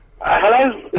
hello